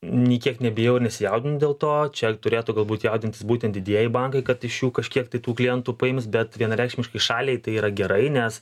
nė kiek nebijau nesijaudinu dėl to čia turėtų galbūt jaudintis būtent didieji bankai kad iš jų kažkiek tai tų klientų paims bet vienareikšmiškai šaliai tai yra gerai nes